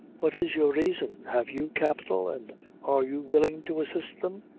what is your reason? have you capital, and are you willing to assist them?